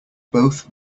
both